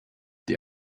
die